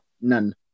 None